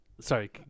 sorry